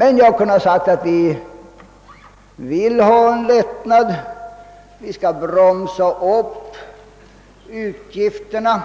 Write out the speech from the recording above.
Men vi kan säga att vi vill ha en lättnad, vi skall bromsa upp utgifterna